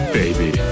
baby